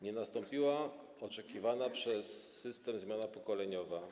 Nie nastąpiła oczekiwana przez system zmiana pokoleniowa.